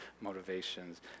motivations